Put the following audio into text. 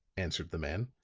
answered the man.